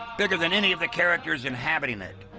bigger than any of the characters inhabiting it.